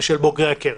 ושל בוגרי הקרן.